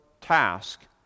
task